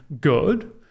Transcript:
good